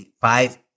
five